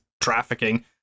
trafficking